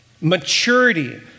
maturity